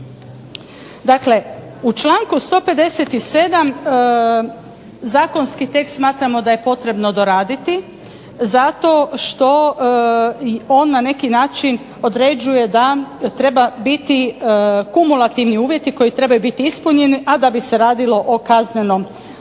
Dakle, u članku 157. zakonski tekst smatramo da je potrebno doraditi zato što on na neki način određuje da treba biti kumulativni uvjeti koji trebaju biti ispunjeni, a da bi se radilo o kaznenom djelu.